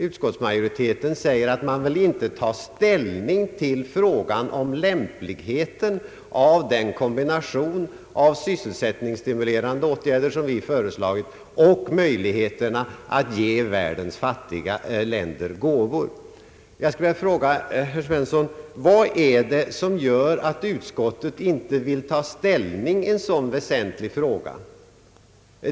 Utskottsmajoriteten säger att man inte vill ta ställning till frågan om lämpligheten av den kombination av sysselsättningsstimulerande åtgärder som vi föreslagit och möjligheterna att ge världens fattiga länder gåvor. Jag skulle vilja fråga herr Svensson: Vad är det som gör att utskottet inte vill ta ställning i en sådan väsentlig fråga?